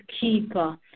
keeper